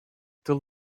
till